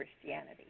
Christianity